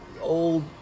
old